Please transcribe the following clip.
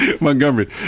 Montgomery